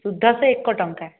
ସୁଧ ସେ ଏକ ଟଙ୍କା